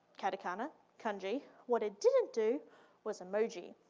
katakana, kanji. what it didn't do was emoji.